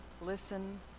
Listen